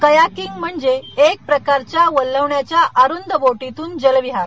kayaking म्हणजे एक प्रकारच्या वल्हवण्याच्या अरूद बोटितून जलविहार